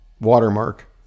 watermark